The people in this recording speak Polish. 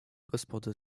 gospody